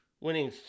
winning